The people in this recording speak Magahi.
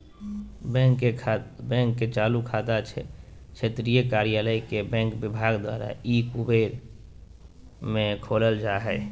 बैंक के चालू खाता क्षेत्रीय कार्यालय के बैंक विभाग द्वारा ई कुबेर में खोलल जा हइ